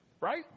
right